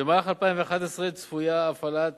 במהלך 2011 צפויה הפעלת